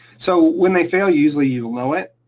so, when they fail, usually you'll know it.